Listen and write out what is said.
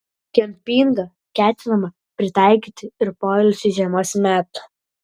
kempingą ketinama pritaikyti ir poilsiui žiemos metu